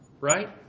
Right